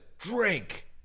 Drink